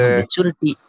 maturity